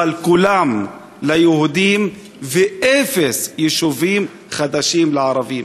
אבל כולם, ליהודים, ואפס יישובים חדשים לערבים: